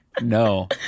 No